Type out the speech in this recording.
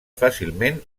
fàcilment